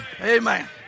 Amen